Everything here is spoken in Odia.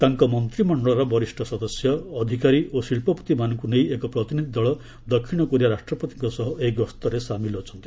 ତାଙ୍କ ମନ୍ତ୍ରିମଣ୍ଡଳର ବରିଷ୍ଣ ସଦସ୍ୟ ଅଧିକାରୀ ଓ ଶିଳ୍ପପତିମାନଙ୍କୁ ନେଇ ଏକ ପ୍ରତିନିଧି ଦଳ ଦକ୍ଷିଣ କୋରିଆ ରାଷ୍ଟ୍ରପତିଙ୍କ ସହ ଏହି ଗସ୍ତରେ ସାମିଲ ଅଛନ୍ତି